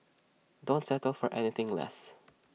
don't settle for anything less